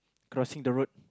crossing the road